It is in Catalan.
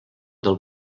del